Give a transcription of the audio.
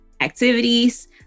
activities